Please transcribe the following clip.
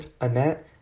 Annette